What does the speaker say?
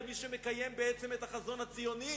למי שמקיים בעצם את החזון הציוני